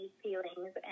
feelings